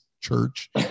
church